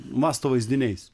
mąsto vaizdiniais